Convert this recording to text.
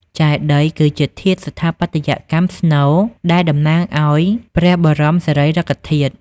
ចេតិយ គឺជាធាតុស្ថាបត្យកម្មស្នូលដែលតំណាងឱ្យព្រះបរមសារីរិកធាតុ។